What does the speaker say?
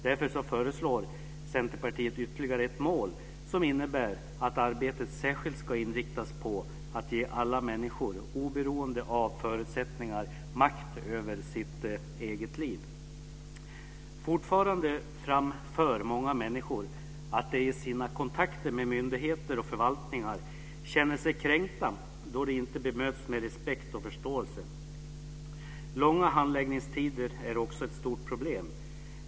Därför föreslår Centerpartiet ytterligare ett mål som innebär att arbetet särskilt ska inriktas på att ge alla människor, oberoende av förutsättningar, makt över sitt eget liv. Fortfarande framför många människor att de i sina kontakter med myndigheter och förvaltningar känner sig kränkta då de inte bemöts med respekt och förståelse. Långa handläggningstider är också ett stort problem.